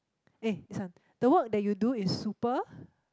eh this one the work that you do is super